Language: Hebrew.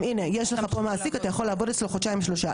הנה יש לך פה מעסיק אתה יכול לעבוד אצלו עוד חצי שנה,